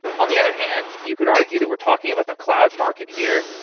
on the other hand, you could argue that we're talking about the cloud market here.